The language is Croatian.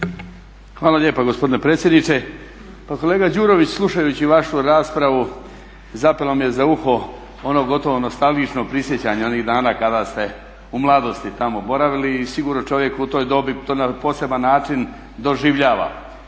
Hvala lijepa gospodine predsjedniče. Pa kolega Đurović, slušajući vašu raspravu zapelo mi je za uho ono gotovo nostalgično prisjećanje onih dana kada ste u mladosti tamo boravili i sigurno čovjek u toj dobi to na poseban način doživljava